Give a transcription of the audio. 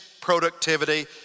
productivity